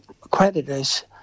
creditors